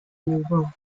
newborn